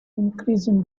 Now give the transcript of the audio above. increasing